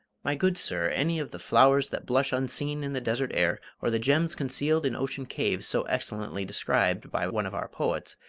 my good sir, any of the flowers that blush unseen in the desert air, or the gems concealed in ocean caves, so excellently described by one of our poets,